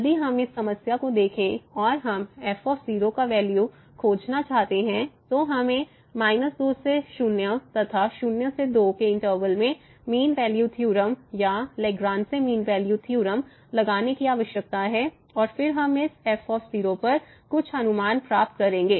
यदि हम इस समस्या को देखें और हम f का वैल्यू खोजना चाहते हैं तो हमें 2 से 0 तथा 0 से 2 इनटर्वल में मीन वैल्यू थ्योरम या लेग्रांजे मीन वैल्यू थ्योरम लगाने की आवश्यकता है और फिर हम इस f पर कुछ अनुमान प्राप्त करेंगे